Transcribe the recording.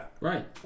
Right